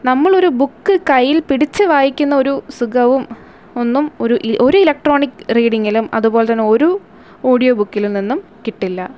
നമ്മളൊരു ബുക്ക് കയ്യിൽ പിടിച്ച് വായിക്കുന്ന ഒരു സുഖവും ഒന്നും ഒരു ഒരു ഇലക്ട്രോണിക് റീഡിങ്ങിലും അതുപോലെതന്നെ ഒരു ഓഡിയോ ബുക്കിലും നിന്നും കിട്ടില്ല